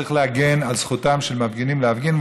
צריך להגן על זכותם של מפגינים להפגין,